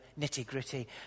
nitty-gritty